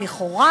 לכאורה,